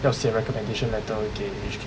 要写 recommendation letter 给